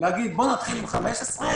להגיד: בואו נתחיל עם 15%,